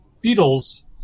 Beetles